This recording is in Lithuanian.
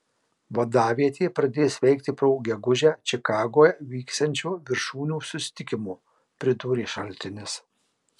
vadavietė pradės veikti po gegužę čikagoje vyksiančio viršūnių susitikimo pridūrė šaltinis